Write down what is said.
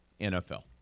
NFL